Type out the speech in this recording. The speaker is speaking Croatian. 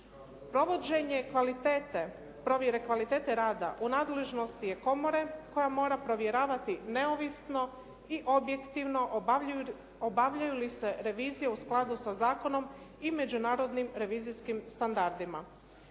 kvalitete, provjere kvalitete rada u nadležnosti je komore koja mora provjeravati neovisno i objektivno obavljaju li se revizije u skladu sa zakonom i međunarodnim revizijskim standardima.